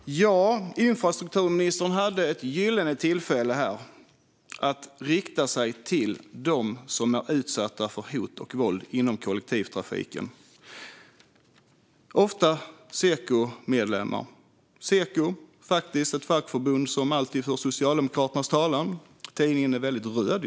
Fru talman! Infrastrukturministern hade här ett gyllene tillfälle att rikta sig till dem som är utsatta för hot och våld inom kollektivtrafiken, ofta Sekomedlemmar. Seko är ett fackförbund som alltid för Socialdemokraternas talan. Jag har Sekotidningen. Den är väldigt röd.